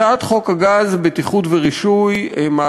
הצעת חוק הגז (בטיחות ורישוי) (תיקון מס'